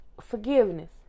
forgiveness